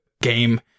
game